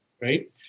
right